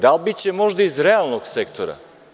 Da li možda iz realnog sektora?